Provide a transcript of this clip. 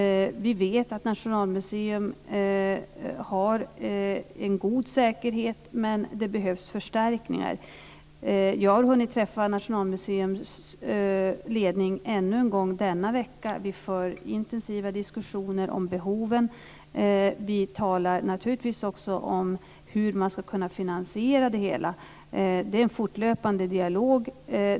Vi vet att Nationalmuseum har en god säkerhet, men det behövs förstärkningar. Jag har hunnit träffa Nationalmuseums ledning ännu en gång denna vecka. Vi för intensiva diskussioner om behoven. Vi talar naturligtvis också om hur man ska kunna finansiera det hela. Det är en fortlöpande dialog.